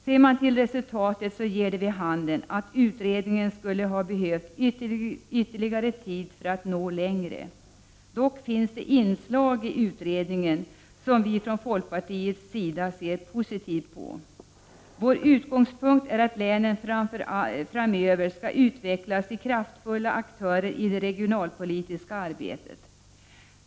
Ser man till resultatet finner man att utredningen skulle ha behövt ytterligare tid för att nå längre. Dock finns det inslag som vi i folkpartiet ser positivt på. Vår utgångspunkt är att länen framdeles skall utvecklas till kraftfulla aktörer i det regionalpolitiska arbetet.